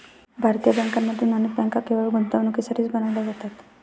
भारतीय बँकांमधून अनेक बँका केवळ गुंतवणुकीसाठीच बनविल्या जातात